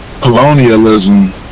colonialism